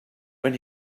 when